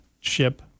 ship